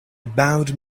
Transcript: bowed